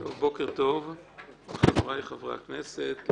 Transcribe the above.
בוקר טוב לחבריי חברי הכנסת,